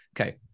okay